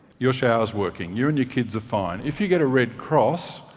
your shower's working. you and your kids are fine. if you get a red cross,